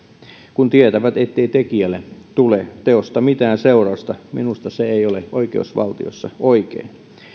kun tietävät ettei tekijälle tule teosta mitään seurausta minusta se ei ole oikeusvaltiossa oikein